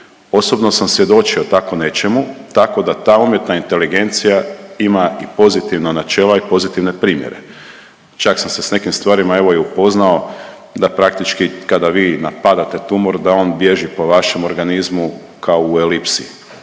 Osobno sam svjedočio tako nečemu tako da ta umjetna inteligencija ima i pozitivna načela i pozitivne primjere. Čak sam se sa nekim stvarima evo i upoznao da praktički kada vi napadate tumor da on bježi po vašem organizmu kao u elipsi